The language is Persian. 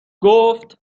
گفت